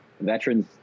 veterans